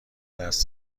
دست